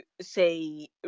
say